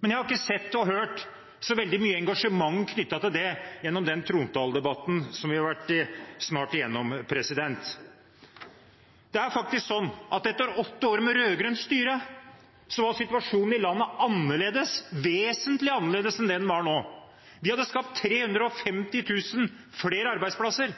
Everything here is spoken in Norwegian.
Men jeg har ikke sett og hørt så veldig mye engasjement knyttet til det i løpet av den trontaledebatten som vi snart har vært igjennom. Det er faktisk sånn at etter åtte år med rød-grønt styre var situasjonen i landet annerledes, vesentlig annerledes, enn det den er nå. Vi hadde skapt 350 000 flere arbeidsplasser,